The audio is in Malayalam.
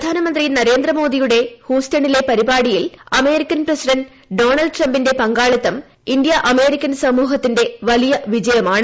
പ്രധ്യാന്മന്ത്രി നരേന്ദ്രമോദിയുടെ ഹൂസ്റ്റണിലെ പരിപാടിയിൽ അമേരിക്കൻ പ്രപ്സിഡന്റ് ഡൊണാൾഡ് ട്രംപിന്റെ പങ്കാളിത്തം ഇന്ത്യ അമേരിക്കൻ സമൂഹത്തിന്റെ വലിയ വിജയമാണ്